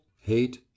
hate